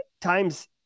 times